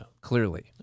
Clearly